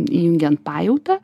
įjungiant pajautą